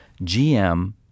GM